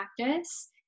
practice